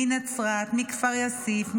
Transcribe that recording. מנצרת לכפר יאסיף,